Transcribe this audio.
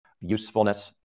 usefulness